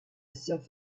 self